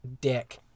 dick